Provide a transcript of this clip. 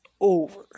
over